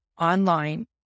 online